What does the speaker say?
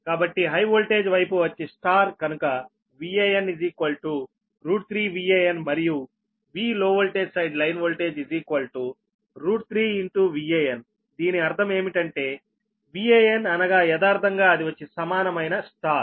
కాబట్టి high voltage వైపు వచ్చి Y కనుక VAn3 VAnమరియు V లో voltage side line voltage 3 VAn దీని అర్థం ఏమిటంటే VAn అనగా యదార్ధంగా అది వచ్చి సమానమైన Y